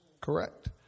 Correct